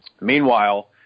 Meanwhile